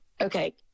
Okay